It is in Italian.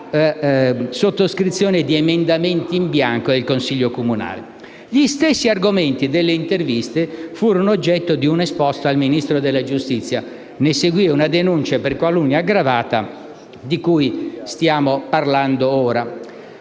la sottoscrizione di emendamenti in bianco al Consiglio comunale. Gli stessi argomenti delle interviste furono oggetto di un esposto al Ministro della giustizia. Ne seguì la denuncia per calunnia aggravata di cui stiamo parlando ora.